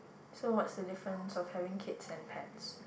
so what's the difference of having kids and pets